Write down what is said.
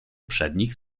przednich